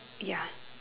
ya